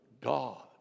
God